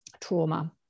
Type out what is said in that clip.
trauma